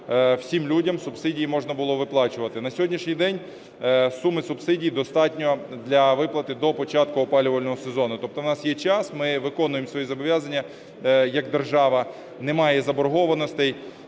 всім людям субсидії можна було виплачувати. На сьогоднішній день суми субсидій достатньо для виплати до початку опалювального сезону. Тобто у нас є час, ми виконуємо свої зобов'язання як держава, немає заборгованостей.